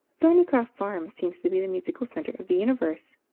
thornycroft farm seems to be the musical centre of the universe.